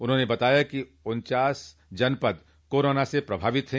उन्होंने बताया कि उन्चास जनपद कोरोना से प्रभावित है